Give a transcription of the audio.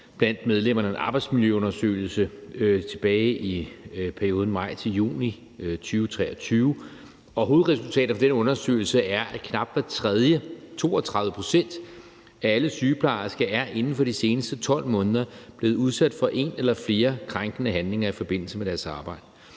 har foretaget en arbejdsmiljøundersøgelse blandt medlemmerne, og at hovedresultatet fra den undersøgelse er, at knap hver tredje – 32 pct. – af alle sygeplejersker inden for de seneste 12 måneder er blevet udsat for en eller flere krænkende handlinger i forbindelse med deres arbejde.